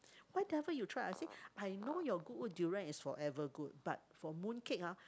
why never you try I say I know your Goodwood durian is forever good but for mooncake ah